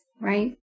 right